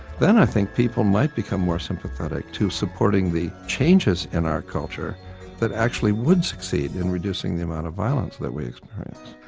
then i think people might become more sympathetic to supporting the changes in our culture that actually would succeed in reducing the amount of violence that we experience.